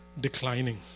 declining